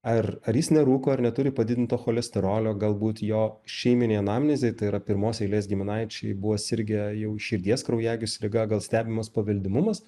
ar ar jis nerūko ar neturi padidinto cholesterolio galbūt jo šeiminė anamnezė tai yra pirmos eilės giminaičiai buvo sirgę jau širdies kraujagyslių liga gal stebimas paveldimumas